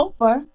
over